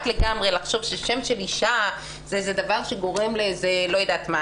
לגמרי לחשוב ששם של אישה הוא דבר שגורם למשהו.